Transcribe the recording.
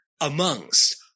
amongst